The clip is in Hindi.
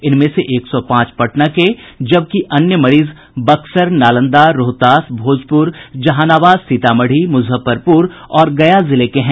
इनमें से एक सौ पांच पटना के जबकि अन्य मरीज बक्सर नालंदा रोहतास भोजपुर जहानाबाद सीतामढ़ी मुजफ्फरपुर और गया जिले के हैं